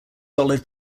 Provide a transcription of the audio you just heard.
solid